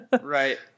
Right